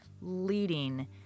leading